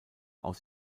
aus